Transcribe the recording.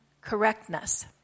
correctness